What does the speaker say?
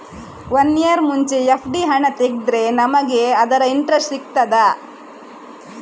One year ಮುಂಚೆ FD ಹಣ ತೆಗೆದ್ರೆ ನಮಗೆ ಅದರ ಇಂಟ್ರೆಸ್ಟ್ ಸಿಗ್ತದ?